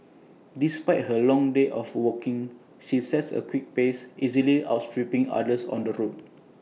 despite her long day of walking she sets A quick pace easily outstripping others on the road